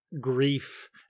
Grief